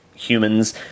Humans